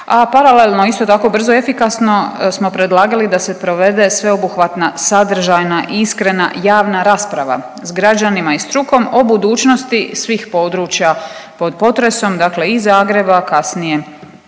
paralelno isto tako, brzo i efikasno smo predlagali da se provede sadržajna iskrena javna rasprava s građanima i strukom o budućnosti svih područja pod potresom, dakle i Zagreba, a kasnije